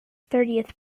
thirtieth